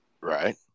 Right